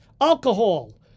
alcohol